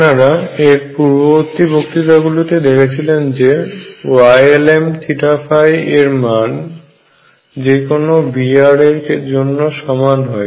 আপনারা এর পূর্ববর্তী বক্তৃতা গুলিতে দেখেছিলেন যে Ylmθϕ এর মান যেকোনো V এর জন্য সমান হয়